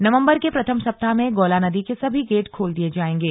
नवम्बर के प्रथम सप्ताह में गोला नदी के सभी गेट खोल दिये जायेंगे